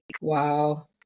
Wow